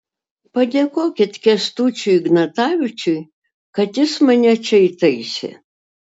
padėkokit kęstučiui ignatavičiui kad jis mane čia įtaisė